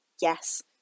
yes